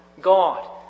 God